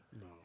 No